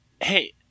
Hey